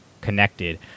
connected